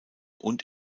und